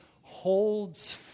holds